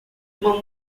uma